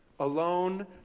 alone